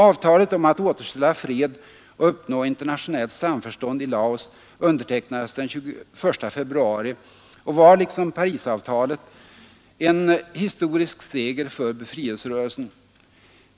Avtalet om att återställa fred och uppnå internationellt samförstånd i Laos undertecknades den 21 februari och var liksom Parisavtalet en historisk seger för befrielserörelsen.